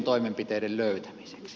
kiitos